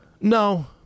No